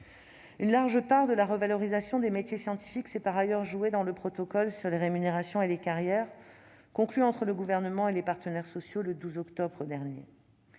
Une large part de la revalorisation des métiers scientifiques s'est par ailleurs jouée dans le protocole sur les rémunérations et les carrières, conclu entre le Gouvernement et les partenaires sociaux le 12 octobre dernier.